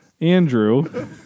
Andrew